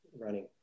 running